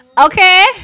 okay